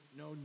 no